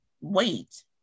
wait